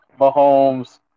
Mahomes